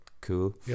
cool